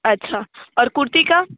अच्छा और कुर्ती का